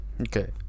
Okay